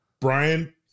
Brian